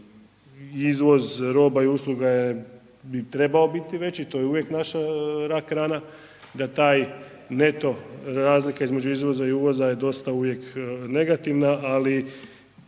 izvoz roba i usluga bi trebao biti veći, to je uvijek naša rak rana da taj neto razlika između izvoza i uvoza je dosta uvijek negativna, ali